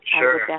Sure